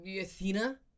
Athena